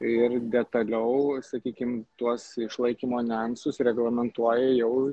ir detaliau sakykim tuos išlaikymo niuansus reglamentuoja jau